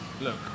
look